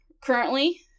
currently